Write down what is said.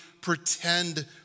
pretend